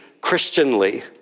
Christianly